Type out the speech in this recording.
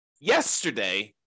yesterday